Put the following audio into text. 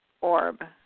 orb